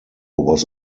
was